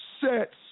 sets